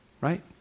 Right